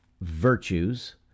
virtues